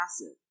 passive